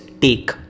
take